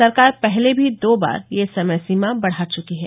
सरकार पहले भी दो बार यह समय सीमा बढा चुकी है